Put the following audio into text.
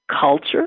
Culture